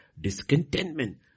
Discontentment